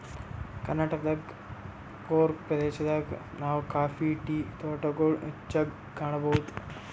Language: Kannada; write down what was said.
ಕರ್ನಾಟಕದ್ ಕೂರ್ಗ್ ಪ್ರದೇಶದಾಗ್ ನಾವ್ ಕಾಫಿ ಟೀ ತೋಟಗೊಳ್ ಹೆಚ್ಚಾಗ್ ಕಾಣಬಹುದ್